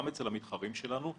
גם אצל המתחרים שלנו,